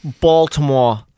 Baltimore